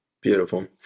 Beautiful